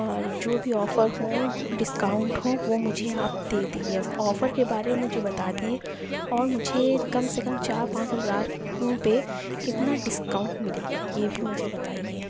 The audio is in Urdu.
اور جو بھی آفر ہوں ڈسکاؤنٹ ہوں وہ مجھے آپ دے دیجیے آفر کے بارے میں مجھے بتائیے اور مجھے کم سے کم چار پانچ ہزار پہ کتنا ڈسکاؤنٹ ملے گا یہ بھی مجھے بتائیے